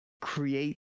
create